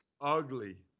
ugly